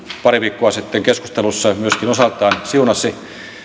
pari viikkoa sitten keskustelussa myöskin osaltaan siunasi